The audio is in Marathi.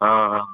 हां हां